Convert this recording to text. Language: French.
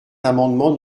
l’amendement